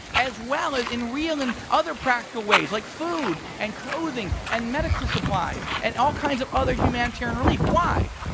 as well as in real and other practical ways like food and clothing and medical supplies and all kinds of other humanitarian relief. why?